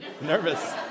nervous